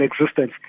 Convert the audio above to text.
existence